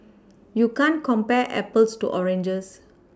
you can't compare Apples to oranges